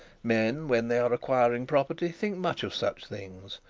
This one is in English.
men, when they are acquiring property, think much of such things,